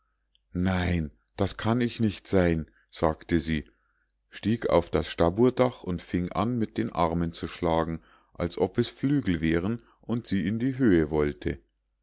nein das kann ich nicht sein sagte sie stieg auf das staburdach und fing an mit den armen zu schlagen als ob es flügel wären und sie in die höhe wollte